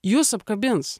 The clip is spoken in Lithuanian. jus apkabins